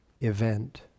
event